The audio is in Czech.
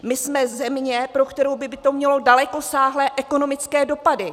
My jsme země, pro kterou by to mělo dalekosáhlé ekonomické dopady.